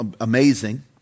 Amazing